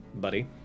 Buddy